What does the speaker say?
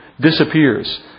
disappears